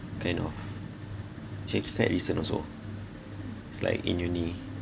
kind of also it's like in uni